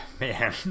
Man